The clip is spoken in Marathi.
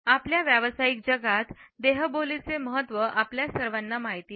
आपल्या व्यावसायिक जगात देहबोलीचे महत्त्व आपल्या सर्वांना माहिती आहे